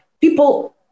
people